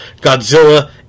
Godzilla